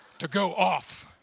to go off?